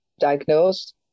diagnosed